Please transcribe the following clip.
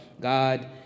God